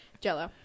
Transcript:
Jell-O